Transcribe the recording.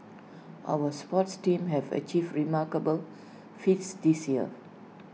our sports teams have achieved remarkable feats this year